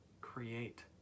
create